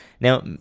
now